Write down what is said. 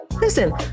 Listen